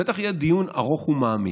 ובטח יהיה דיון ארוך ומעמיק.